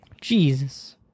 Jesus